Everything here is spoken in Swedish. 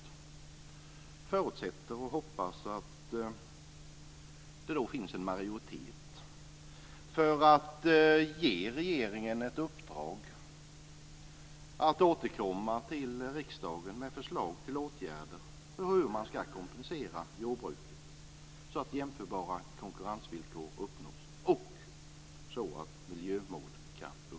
Jag förutsätter och hoppas att det då finns en majoritet för att ge regeringen ett uppdrag att återkomma till riksdagen med förslag till åtgärder för hur man ska kompensera jordbruket så att jämförbara konkurrensvillkor uppnås och så att miljömålen kan uppnås. Tack, fru talman!